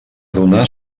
donar